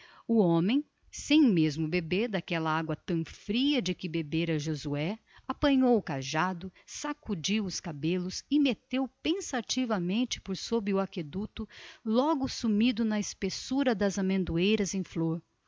o homem sem mesmo beber daquela água tão fria de que bebera josué apanhou o cajado sacudiu os cabelos e meteu pensativamente por sob o aqueduto logo sumido na espessura das amendoeiras em flor